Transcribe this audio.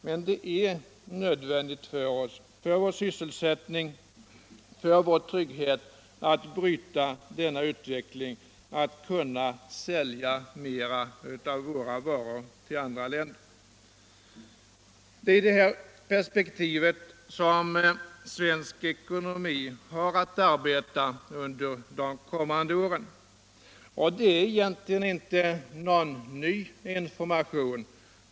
Men det är nödvändigt för oss — för vår sysselsättning, för vår trygghet - alt bryta denna utveckling, att kunna sälja mer av våra varor till andra linder. Det är i det här perspektivet som svensk ekonomi har att arbeta under Allmänpolitisk debatt Allmänpolitisk debatt de kommande åren, och det är egentligen inte någon ny information.